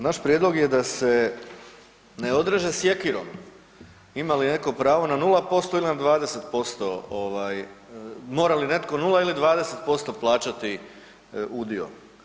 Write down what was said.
Naš prijedlog je da se ne odreže sjekirom ima li neko pravo na 0% ili na 20%, mora li netko 0 ili 20% plaćati udio.